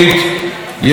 אופק מדיני,